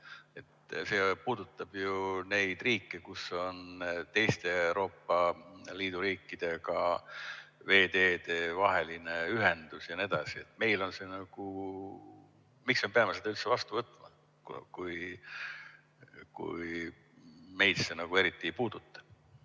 See puudutab ju neid riike, kus on teiste Euroopa Liidu riikidega veeteedevaheline ühendus ja nii edasi. Miks me peame selle vastu võtma, kui meid see eriti ei puuduta?